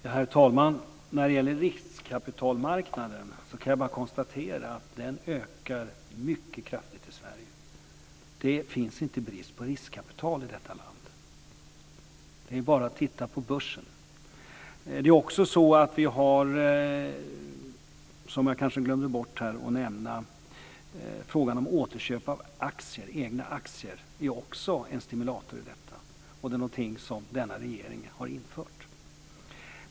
Herr talman! När det gäller riskkapitalmarknaden kan jag bara konstatera att denna ökar mycket kraftigt i Sverige. Det finns inte brist på riskkapital i detta land. Det är bara att titta på börsen. Dessutom är frågan om återköp av egna aktier, något jag kanske glömde bort att nämna, också en stimulator i detta. Det är någonting som denna regering har infört.